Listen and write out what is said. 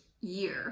year